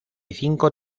cinco